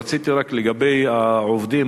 רציתי רק לגבי העובדים,